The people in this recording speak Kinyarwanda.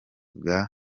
bwa